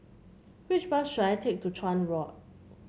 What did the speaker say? which bus should I take to Chuan Walk